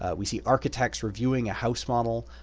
ah we see architects reviewing a house model.